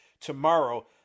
tomorrow